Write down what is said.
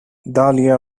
dahlia